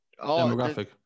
demographic